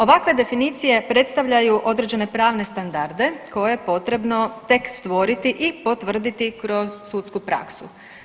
Ovakve definicije predstavljaju određene pravne standarde koje je potrebno tek stvoriti i potvrditi kroz sudsku praksu.